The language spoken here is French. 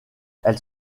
elle